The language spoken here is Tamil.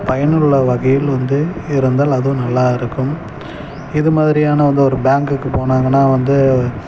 பயனுள்ள வகையில் வந்து இருந்தால் வந்து அதுவும் நல்லாயிருக்கும் இது மாதிரியான வந்து ஒரு பேங்க்குக்கு போனாங்கன்னா வந்து